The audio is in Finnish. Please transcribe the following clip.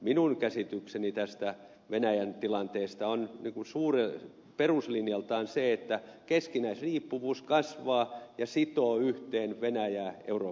minun käsitykseni tästä venäjän tilanteesta on niin kuin peruslinjaltaan se että keskinäisriippuvuus kasvaa ja sitoo yhteen venäjää euroopan kanssa